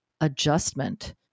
adjustment